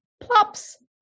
plops